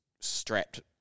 strapped